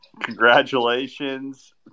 congratulations